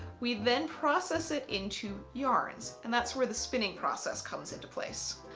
we then process it into yarns and that's where the spinning process comes into place.